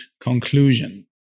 conclusion